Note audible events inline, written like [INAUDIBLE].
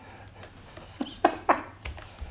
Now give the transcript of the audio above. [LAUGHS]